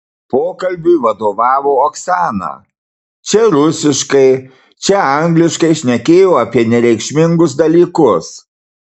pokalbiui vadovavo oksana čia rusiškai čia angliškai šnekėjo apie nereikšmingus dalykus